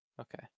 Okay